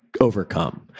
overcome